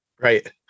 Right